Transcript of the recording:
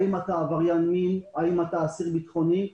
האם אתה עבריין מין או אסיר ביטחוני.